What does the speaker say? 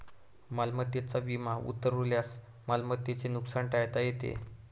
मालमत्तेचा विमा उतरवल्यास मालमत्तेचे नुकसान टाळता येते